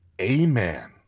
amen